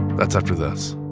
that's after this